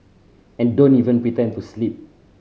and don't even pretend to sleep